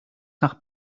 nach